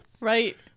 Right